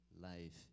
life